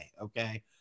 okay